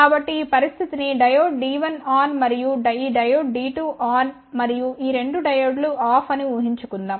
కాబట్టి ఈ పరిస్థితిని డయోడ్ D1 ఆన్ మరియు ఈ డయోడ్ D2 ఆన్ మరియు ఈ రెండు డయోడ్ లు ఆఫ్ అని ఉహించుకుందాం